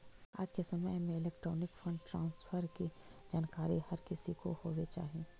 आज के समय में इलेक्ट्रॉनिक फंड ट्रांसफर की जानकारी हर किसी को होवे चाही